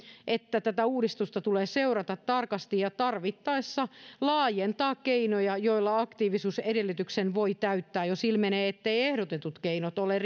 että tätä uudistusta tulee seurata tarkasti ja tarvittaessa laajentaa keinoja joilla aktiivisuusedellytyksen voi täyttää jos ilmenee etteivät ehdotetut keinot ole